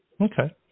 Okay